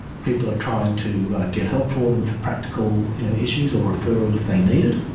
people are trying to get help for them for practical issues or referral if they need it.